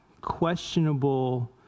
questionable